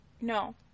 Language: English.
No